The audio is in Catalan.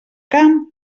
camp